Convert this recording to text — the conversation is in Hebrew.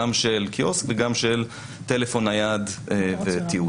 גם של קיוסק וגם של טלפון נייד ותיעוד.